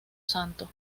santo